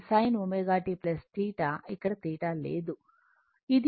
కాబట్టి sin ω t θ ఇక్కడ θ లేదు ఇది 0